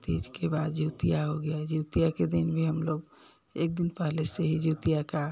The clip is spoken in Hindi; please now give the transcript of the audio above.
तीज के बाद जितिया हो गया जितिया के दिन भी हम लोग एक दिन पहले से ही जितिया का